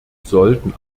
sollten